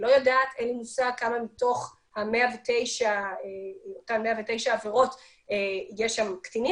אין לי מושג בכמה מתוך 109 העבירות יש קטינים,